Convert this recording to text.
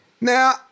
Now